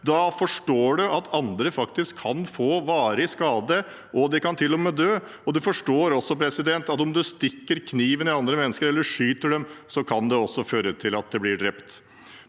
Da forstår man at andre faktisk kan få varig skade og til og med dø, og man forstår at om man stikker kniven i andre mennesker eller skyter dem, kan det også føre til at de blir drept.